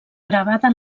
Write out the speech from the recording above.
gravada